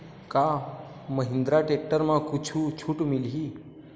का महिंद्रा टेक्टर म कुछु छुट मिलही?